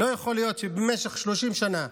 לא יכול להיות שבמשך 30 שנה,